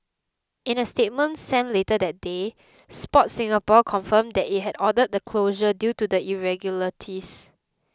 in a statement sent later that day Sport Singapore confirmed that it had ordered the closure due to the irregularities